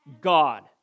God